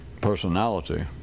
personality